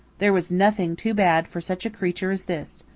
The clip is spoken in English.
there was nothing too bad for such a creature as this.